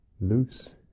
loose